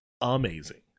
amazing